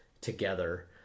together